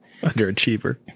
Underachiever